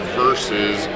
versus